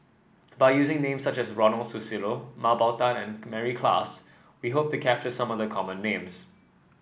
by using names such as Ronald Susilo Mah Bow Tan and Mary Klass we hope to capture some of the common names